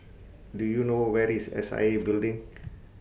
Do YOU know Where IS S I A Building